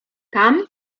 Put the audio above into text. tam